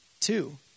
Two